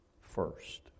First